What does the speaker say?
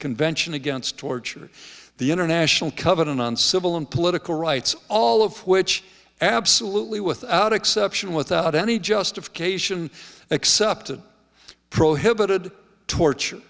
convention against torture the international covenant on civil and political rights all of which absolutely without exception without any justification accepted prohibited torture